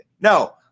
No